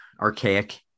archaic